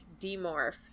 demorph